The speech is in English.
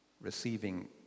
receiving